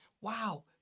wow